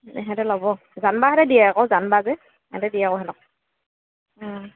সিহঁতে ল'ব জান বাহঁতে দিয়ে আকৌ জানবা যে সিহঁতে দিয়ে আকৌ সিহঁতক